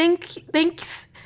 Thanks